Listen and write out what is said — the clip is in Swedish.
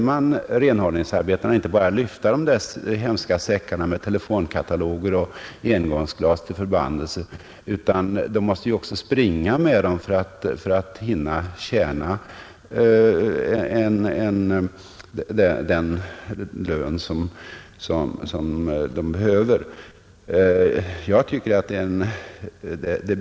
Men renhållningsarbetarna skall inte bara lyfta dessa hemska plastsäckar med telefonkataloger och engångsglas till förbannelse, utan de måste också springa med dem för att hinna tjäna ihop den lön som de behöver.